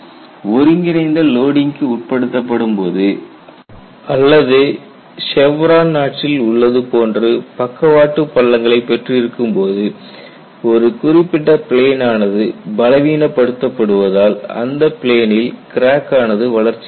ஒருங்கிணைந்த லோடிங்க்கு உட்படுத்தப்படும் போது அல்லது செவ்ரான் நாட்சில் உள்ளது போன்று பக்கவாட்டு பள்ளங்களை பெற்றிருக்கும்போது ஒரு குறிப்பிட்ட பிளேன் ஆனது பலவீனப்படுத்த படுவதால் அந்த பிளேனில் கிராக் ஆனது வளர்ச்சி அடைகிறது